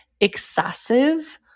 excessive